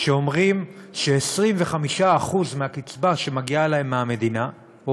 שאומרים ש-25% מהקצבה שמגיעה להם מהמדינה או